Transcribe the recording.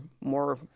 more